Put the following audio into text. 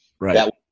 Right